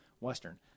Western